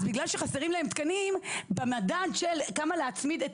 אז בגלל שחסרים להם תקנים במדד של כמה להצמיד את